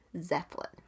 Zeppelin